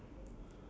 ya